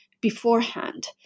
beforehand